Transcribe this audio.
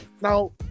Now